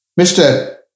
Mr